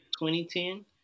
2010